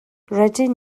rydyn